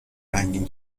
رنگین